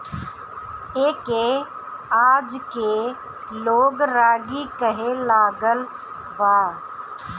एके आजके लोग रागी कहे लागल बा